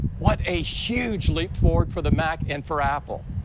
what a huge leap forward for the mac and for apple.